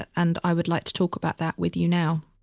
and i would like to talk about that with you now.